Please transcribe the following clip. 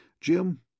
Jim